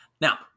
Now